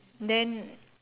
then